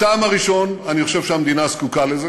הטעם הראשון, אני חושב שהמדינה זקוקה לזה